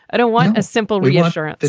i don't want a simple restaurant.